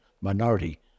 Minority